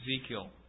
Ezekiel